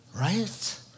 Right